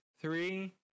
Three